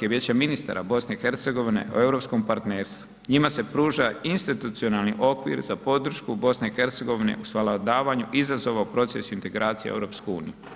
i vijeća ministara BiH o europskom partnerstvu, njima se pruža institucionalni okvir za podršku BiH u svladavanju izazova u procesu integracija u EU.